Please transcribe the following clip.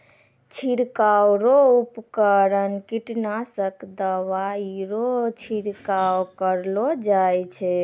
छिड़काव रो उपकरण कीटनासक दवाइ रो छिड़काव करलो जाय छै